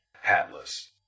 hatless